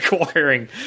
Acquiring